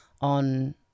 on